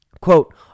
Quote